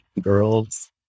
girls